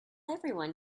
everyone